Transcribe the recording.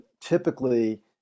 typically